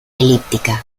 elíptica